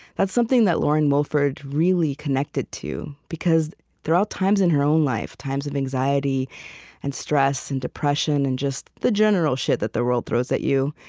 that's something that lauren wilford really connected to because throughout times in her own life, times of anxiety and stress and depression and just the general shit that the world throws at you,